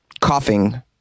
coughing